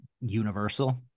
universal